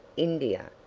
india,